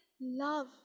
love